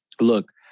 Look